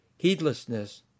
Heedlessness